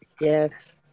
Yes